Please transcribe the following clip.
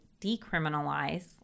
decriminalize